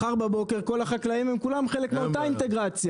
מחר בבוקר כל החקלאים הם כולם חלק מאותה אינטגרציה.